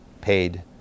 paid